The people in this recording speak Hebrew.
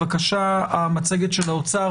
המצגת של האוצר